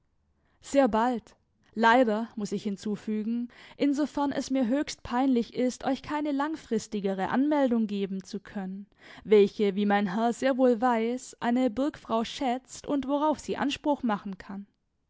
sehr bald leider muß ich hinzufügen insofern es mir höchst peinlich ist euch keine langfristigere anmeldung geben zu können welche wie mein herr sehr wohl weiß eine burgfrau schätzt und worauf sie anspruch machen kann